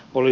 oli